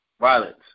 violence